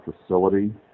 facility